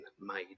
made